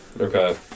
Okay